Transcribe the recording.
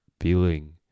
feeling